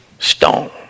Stone